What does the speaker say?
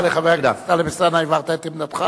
תודה רבה לחבר הכנסת טלב אלסאנע, הבהרת את עמדתך.